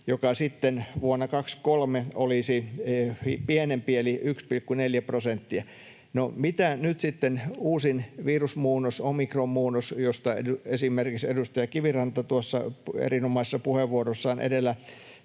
vuonna 23 olisi pienempi eli 1,4 prosenttia. No, mitä nyt sitten uusin virusmuunnos, omikronmuunnos, josta esimerkiksi edustaja Kiviranta erinomaisessa puheenvuorossaan edellä